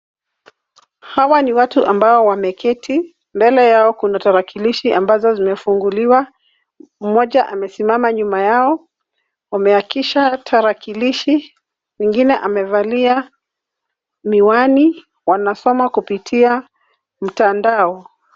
Hawa ni watu ambao wameketi. Mbele yao kuna tarakilishi ambazo zimefunguliwa, mmoja amesimama nyuma yao, wameakisha tarakilishi, mwingine amevalia miwani, wanaosoma kupitia mtandao.